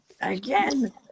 again